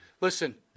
Listen